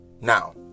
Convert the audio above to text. Now